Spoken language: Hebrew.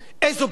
איזו ברירה?